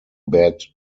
bad